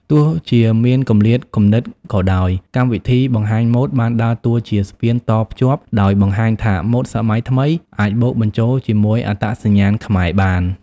ទោះជាមានគម្លាតគំនិតក៏ដោយ កម្មវិធីបង្ហាញម៉ូដបានដើរតួជា ស្ពានតភ្ជាប់ ដោយបង្ហាញថាម៉ូដសម័យថ្មីអាចបូកបញ្ចូលជាមួយអត្តសញ្ញាណខ្មែរបាន។